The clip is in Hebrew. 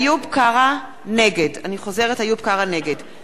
נגד מירי רגב,